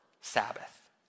Sabbath